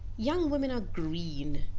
young women are green.